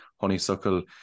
Honeysuckle